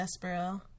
Despero